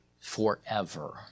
forever